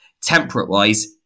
temperate-wise